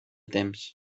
temps